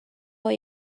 what